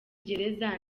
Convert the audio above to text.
gereza